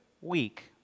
week